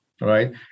right